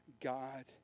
God